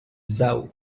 zhao